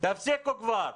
תפסיקו כבר.